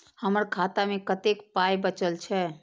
हमर खाता मे कतैक पाय बचल छै